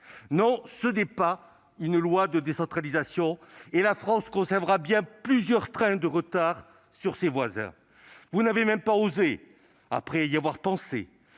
Non, ce n'est pas une loi de décentralisation, et la France conservera bien plusieurs trains de retard sur ses voisins ! Vous n'avez même pas osé, après y avoir pensé,